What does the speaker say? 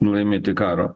laimėti karo